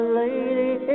lady